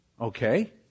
Okay